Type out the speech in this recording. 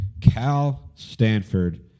Cal-Stanford